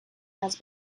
has